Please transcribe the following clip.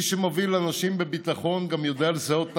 מי שמוביל אנשים בביטחון גם יודע לזהות את